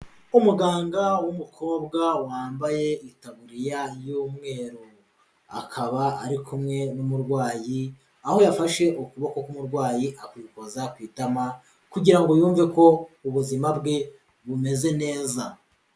Umuganga w'umukobwa wambaye itaburiya y'umweru, akaba ari kumwe n'umurwayi, aho yafashe ukuboko k'umurwayi akwikoza ku itama, kugira ngo yumve ko ubuzima bwe bumeze neza.